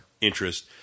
interest